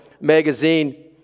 magazine